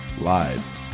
live